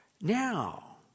Now